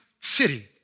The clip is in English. city